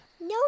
No